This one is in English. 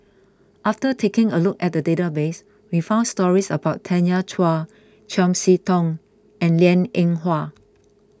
after taking a look at the database we found stories about Tanya Chua Chiam See Tong and Liang Eng Hwa